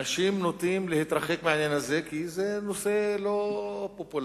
אנשים נוטים להתרחק מהעניין הזה כי זה נושא לא פופולרי,